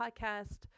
podcast